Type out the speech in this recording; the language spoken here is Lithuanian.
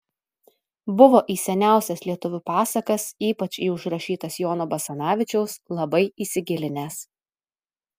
buvo į seniausias lietuvių pasakas ypač į užrašytas jono basanavičiaus labai įsigilinęs